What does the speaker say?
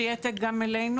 שיהיה העתק גם אצלנו,